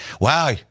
wow